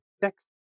text